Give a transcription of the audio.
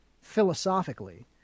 philosophically